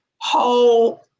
whole